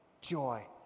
joy